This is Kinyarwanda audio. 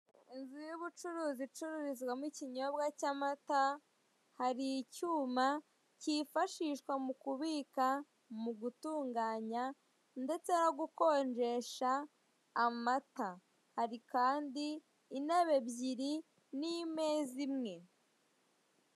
Inzu y'ubucuruzi icururizwamo ikinyobwa cy'amata hari icyuma kifashishwa mu kubika, mu gutunganya ndetse no gukonjesha amata. Hari kandi intebe ebyiri n'imeza imwe.